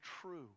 true